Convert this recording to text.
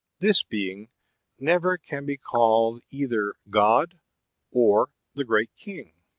this being never can be called either god or the great king.